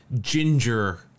ginger